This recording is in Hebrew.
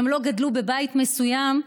הם לא גדלו בבית מסוים,